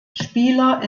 spieler